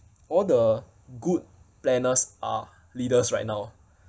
all the good planners are leaders right now